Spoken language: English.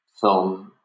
film